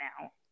now